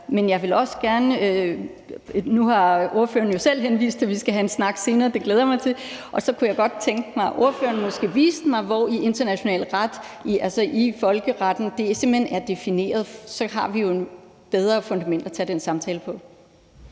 mener, det er terror. Nu har ordføreren jo selv henvist til, at vi skal have en snak senere. Det glæder jeg mig til. Så kunne jeg også godt tænke mig, at spørgeren måske viste mig, hvor i international ret, altså i folkeretten, det er defineret. Så har vi jo et bedre fundament at tage den samtale på.